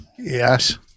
Yes